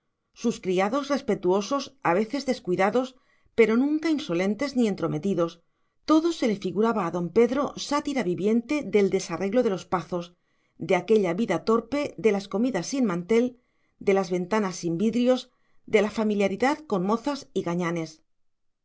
sus criados respetuosos a veces descuidados pero nunca insolentes ni entrometidos todo se le figuraba a don pedro sátira viviente del desarreglo de los pazos de aquella vida torpe de las comidas sin mantel de las ventanas sin vidrios de la familiaridad con mozas y gañanes